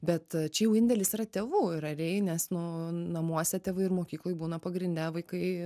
bet čia jau indėlis yra tėvų realiai nes nu namuose tėvai ir mokykloj būna pagrinde vaikai